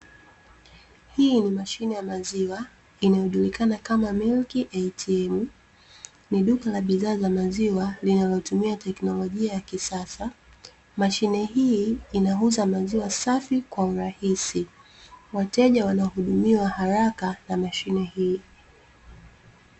Hii ni mashine ya maziwa inayojulikana kama "Milk ATM". Ni duka la bidhaa za maziwa linalotumia teknolojia ya kisasa. Mashine hii inauza maziwa safi kwa urahisi. Wateja wanahudumiwa haraka na mashine hii.